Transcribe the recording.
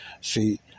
See